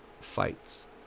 fights